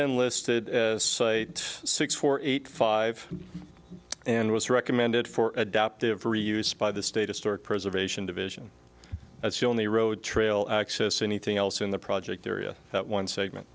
been listed as six four eight five and was recommended for adaptive reuse by the state a storage preservation division as the only road trail access anything else in the project area that one segment